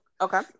okay